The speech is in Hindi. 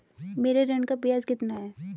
मेरे ऋण का ब्याज कितना है?